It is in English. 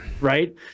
Right